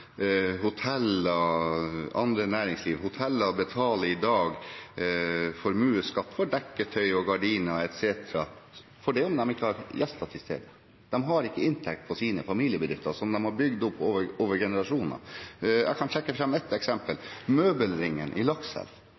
næringsliv betaler i dag formueskatt. Hoteller betaler for dekketøy og gardiner etc., selv om de ikke har gjester. De har ikke inntekter til familiebedriften som de har bygd opp over generasjoner. Jeg kan trekke fram ett eksempel: Møbelringen i Lakselv,